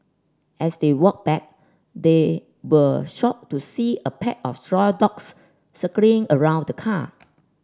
as they walked back they were shocked to see a pack of stray dogs circling around the car